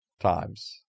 times